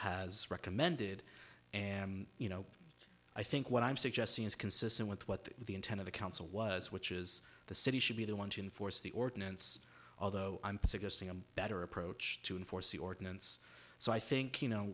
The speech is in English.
has recommended and you know i think what i'm suggesting is consistent with what the intent of the council was which is the city should be the one to enforce the ordinance although i'm suggesting a better approach to enforce the ordinance so i think you know